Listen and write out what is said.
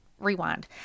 rewind